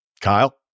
kyle